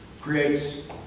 creates